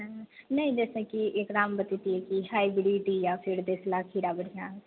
हेँ नहि जइसे कि एकरामे बतैतियै कि हाइब्रिड या फिर देशला खीरा बढ़िऑं होइ छै